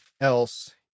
else